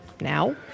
Now